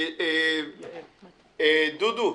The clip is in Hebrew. דודו,